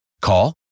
Call